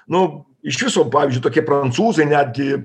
nu iš viso pavyzdžiui tokie prancūzai netgi